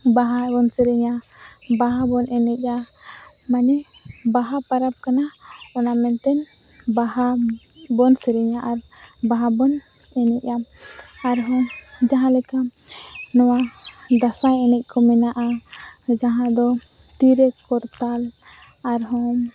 ᱵᱟᱦᱟᱵᱚᱱ ᱥᱮᱨᱮᱧᱟ ᱵᱟᱦᱟᱵᱚᱱ ᱮᱱᱮᱡᱟ ᱢᱟᱱᱮ ᱵᱟᱦᱟ ᱯᱟᱨᱟᱵᱽ ᱠᱟᱱᱟ ᱚᱱᱟ ᱢᱮᱱᱛᱮ ᱵᱟᱦᱟᱵᱚᱱ ᱥᱮᱨᱮᱧᱟ ᱟᱨ ᱵᱟᱦᱟᱵᱚᱱ ᱮᱱᱮᱡᱼᱟ ᱟᱨᱦᱚᱸ ᱡᱟᱦᱟᱸ ᱞᱮᱠᱟ ᱱᱚᱣᱟ ᱫᱟᱸᱥᱟᱭ ᱮᱱᱮᱡᱠᱚ ᱢᱮᱱᱟᱜᱼᱟ ᱡᱟᱦᱟᱸ ᱫᱚ ᱛᱤᱨᱮ ᱠᱚᱨᱛᱟᱞ ᱟᱨᱦᱚᱸ